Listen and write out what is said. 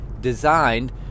designed